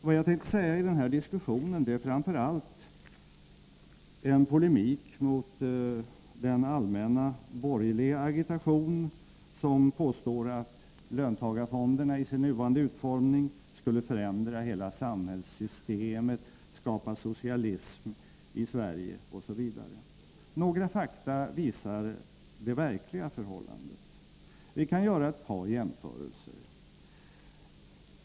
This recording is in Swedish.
Vad jag vänder mig mot i den här diskussionen är framför allt den borgerliga agitation där man påstår att löntagarfonderna i sin nuvarande utformning kommer att förändra hela samhällssystemet, skapa socialism i Sverige osv. Några fakta visar det verkliga förhållandet. Låt mig göra några jämförelser.